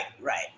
right